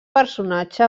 personatge